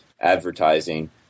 advertising